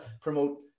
promote